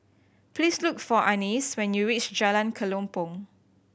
please look for Annis when you reach Jalan Kelempong